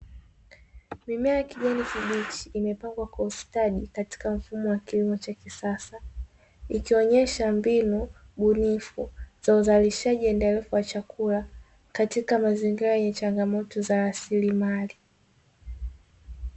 Mimea ya kijani kibichi imepangwa kwa ustadi katika mfumo wa kilimo cha kisasa ikionyesha mbinu bunifu, za uzalishaji endelevu wa chakula katika mazingira yenye changamoto za rasilimali.